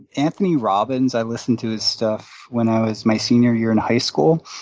anthony robbins, i listened to his stuff when i was my senior year in high school,